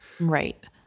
Right